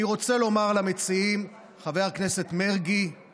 אני רוצה לומר למציעים: חבר הכנסת מרגי,